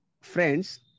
Friends